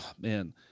man